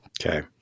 Okay